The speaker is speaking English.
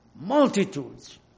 multitudes